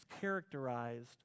characterized